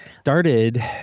started